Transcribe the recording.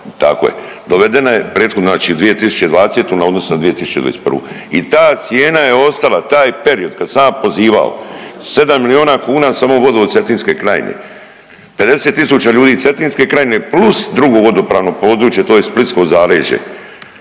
je, dovedena je prethodnu znači 2020. na odnosu na 2021. i ta cijena je ostala, taj period kad sam ja pozivao 7 milijuna kuna samo vodovod Cetinske krajine, 50 tisuća ljudi Cetinske krajine plus drugo vodopravno područje to je splitsko zaleđe,